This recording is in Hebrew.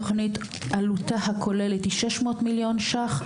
תוכנית עלותה הכוללת היא 600 מיליון ש"ח.